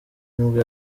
nibwo